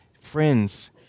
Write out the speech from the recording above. friends